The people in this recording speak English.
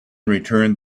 returned